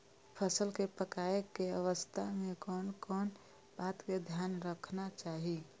फसल के पाकैय के अवस्था में कोन कोन बात के ध्यान रखना चाही?